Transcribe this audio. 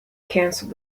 cancelled